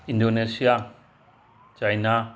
Indonesia China